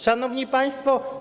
Szanowni Państwo!